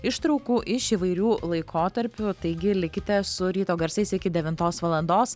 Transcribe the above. ištraukų iš įvairių laikotarpių taigi likite su ryto garsais iki devintos valandos